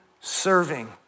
serving